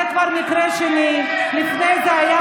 זה כבר מקרה שני, לפני זה היה,